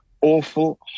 awful